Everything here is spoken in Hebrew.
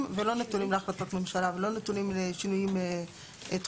ולא נתונים להחלטות ממשלה ולא נתונים לשינויים תכופים?